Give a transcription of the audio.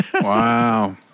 Wow